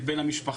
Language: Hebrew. את בן המשפחה,